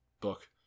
book